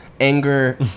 anger